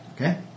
Okay